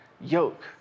yoke